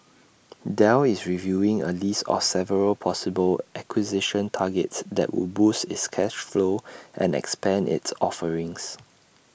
Dell is reviewing A list of several possible acquisition targets that would boost its cash flow and expand its offerings